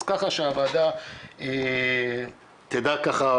אז ככה שהוועדה תדע ככה,